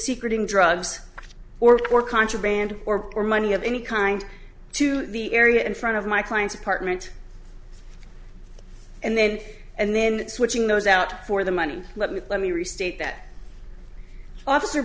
secreting drugs or for contraband or for money of any kind to the area in front of my client's apartment and then and then switching those out for the money let me let me restate that officer